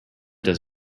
does